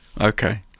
Okay